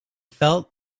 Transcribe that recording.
felt